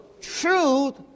truth